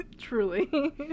truly